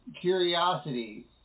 Curiosity